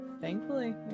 Thankfully